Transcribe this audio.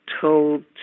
told